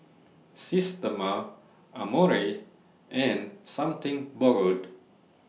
Systema Amore and Something Borrowed